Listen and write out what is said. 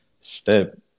step